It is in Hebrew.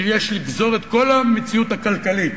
שיש לגזור את כל המציאות הכלכלית